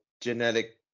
genetic